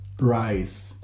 rice